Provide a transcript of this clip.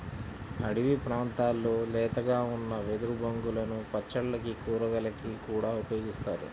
అడివి ప్రాంతాల్లో లేతగా ఉన్న వెదురు బొంగులను పచ్చళ్ళకి, కూరలకి కూడా ఉపయోగిత్తారు